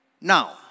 Now